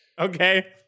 Okay